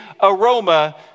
aroma